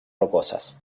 rocosas